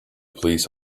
police